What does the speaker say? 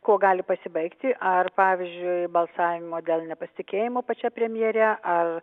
kuo gali pasibaigti ar pavyzdžiui balsavimo dėl nepasitikėjimo pačia premjere ar